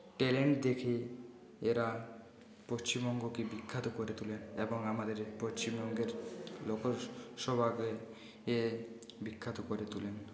talent দেখিয়ে এরা পশ্চিমবঙ্গকে বিখ্যাত করে তোলেন এবং আমাদের পশ্চিমবঙ্গের লোক সভাকে বিখ্যাত করে তোলেন